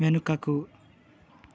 వెనుకకు